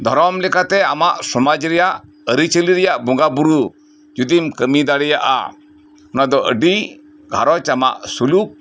ᱫᱷᱚᱨᱚᱢ ᱞᱮᱠᱟᱛᱮ ᱟᱢᱟᱜ ᱥᱚᱢᱟᱡᱽ ᱨᱮᱭᱟᱜ ᱟᱨᱤᱪᱟᱞᱤ ᱨᱮᱭᱟᱜ ᱵᱚᱸᱜᱟ ᱵᱩᱨᱩ ᱡᱩᱫᱤᱢ ᱠᱟᱢᱤ ᱫᱟᱲᱮᱭᱟᱜᱼᱟ ᱚᱱᱟ ᱫᱚ ᱟᱰᱤ ᱜᱷᱟᱨᱚᱸᱡᱽ ᱟᱢᱟᱜ ᱥᱩᱞᱩᱠ